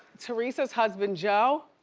teresa's husband joe.